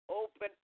open